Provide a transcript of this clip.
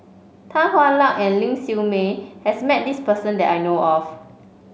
Tan Hwa Luck and Ling Siew May has met this person that I know of